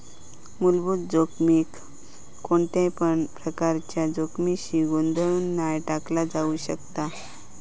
मुलभूत जोखमीक कोणत्यापण प्रकारच्या जोखमीशी गोंधळुन नाय टाकला जाउ शकत